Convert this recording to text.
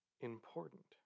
important